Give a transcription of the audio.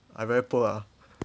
I very poor ah